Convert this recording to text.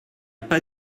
pas